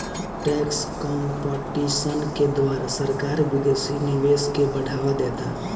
tax competition के द्वारा सरकार विदेशी निवेश के बढ़ावा देता